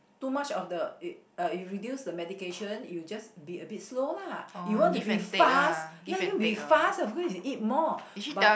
too much of the uh you reduce the medication you'll just be a bit slow lah you want to be fast ya you want to be fast of course you've to eat more but